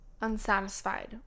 unsatisfied